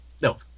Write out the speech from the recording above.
No